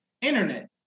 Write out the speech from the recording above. internet